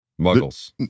Muggles